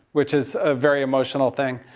which is a very emotional thing.